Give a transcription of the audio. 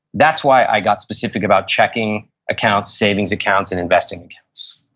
that's why i got specific about checking accounts, savings accounts and investing accounts